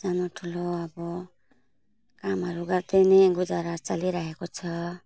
सानोठुलो अब कामहरू गर्दै नै गुजारा चलिरहेको छ